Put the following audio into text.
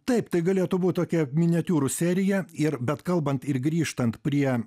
taip tai galėtų būt tokia miniatiūrų serija ir bet kalbant ir grįžtant prie